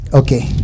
okay